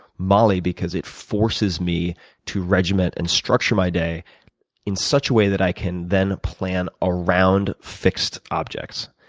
molly, because it forces me to regiment and structure my day in such a way that i can then plan around fixed objects.